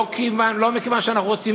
לא מכיוון שאנחנו רוצים,